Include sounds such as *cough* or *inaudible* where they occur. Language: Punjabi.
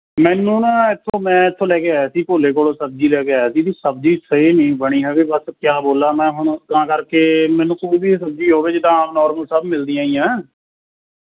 ਮੈਨੂੰ ਨਾ ਇੱਥੋਂ ਮੈਂ ਇੱਥੋਂ ਲੈ ਕੇ ਆਇਆ ਸੀ ਭੋਲੇ ਕੋਲੋਂ ਸਬਜ਼ੀ ਲੈ ਕੇ ਆਇਆ ਸੀ *unintelligible* ਸਬਜ਼ੀ *unintelligible* ਨਹੀਂ ਬਣੀ ਹੈਗੀ ਬਸ ਕਿਆ ਬੋਲਾਂ ਮੈਂ ਹੁਣ ਤਾਂ ਕਰਕੇ ਮੈਨੂੰ ਕੋਈ ਵੀ ਸਬਜ਼ੀ ਹੋਵੇ ਜਿੱਦਾਂ ਆਮ ਨੋਰਮਲ ਸਭ ਮਿਲਦੀਆਂ ਹੀ ਹੈ